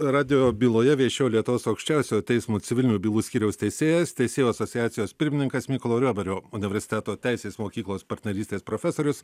radijo byloje viešėjo lietuvos aukščiausiojo teismo civilinių bylų skyriaus teisėjas teisėjų asociacijos pirmininkas mykolo riomerio universiteto teisės mokyklos partnerystės profesorius